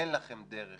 אין לכם דרך